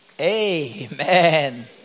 Amen